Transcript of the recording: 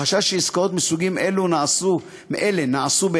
החשש שעסקאות מסוגים אלה נעשו בהיעדר